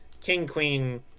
king-queen